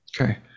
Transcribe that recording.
Okay